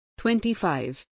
25